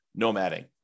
nomading